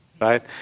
right